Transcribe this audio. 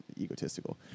egotistical